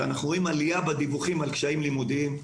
אנחנו רואים עלייה בדיווחים על קשיים לימודיים,